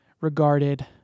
regarded